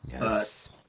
Yes